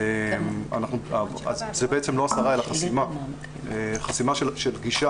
וזאת בעצם לא הסרה אלא חסימה של גישה